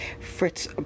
Fritz